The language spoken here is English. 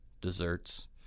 desserts